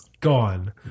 gone